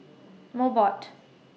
Mobot